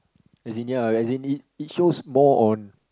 as in ya as in it it shows more on